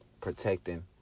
protecting